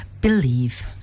Believe